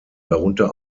darunter